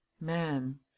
man—